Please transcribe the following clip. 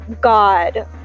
God